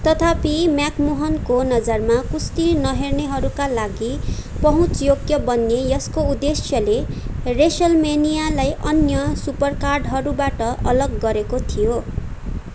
तथापि म्याकमोहनको नजरमा कुस्ती नहेर्नेहरूका लागि पहुँचयोग्य बन्ने यसको उद्देश्यले रेसल मेनियालाई अन्य सुपर कार्डहरूबाट अलग गरेको थियो